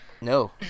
No